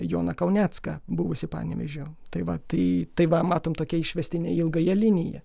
joną kaunecką buvusi panevėžio tai va tai tai va matom tokia išvestinė ilgąją liniją